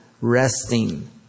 resting